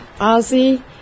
Ozzy